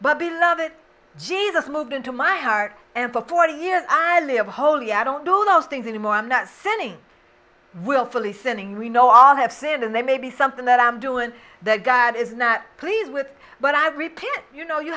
but beloved jesus moved into my heart and for forty years i live holy i don't do those things anymore i'm not sinning wilfully sinning we know all have sinned and they may be something that i am doing that god is not pleased with but i repeat you know you